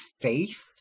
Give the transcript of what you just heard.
faith